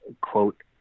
quote